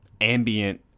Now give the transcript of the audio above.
ambient